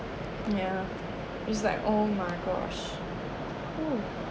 yeah we s~ like oh my gosh who